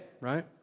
right